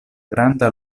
granda